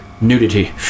Nudity